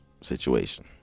situation